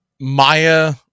Maya